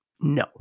no